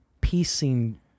piecing